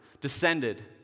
descended